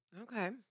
Okay